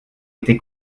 été